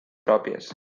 pròpies